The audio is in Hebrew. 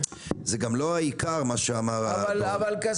זה גם לא העיקר מה שאמר ה --- אבל כסיף,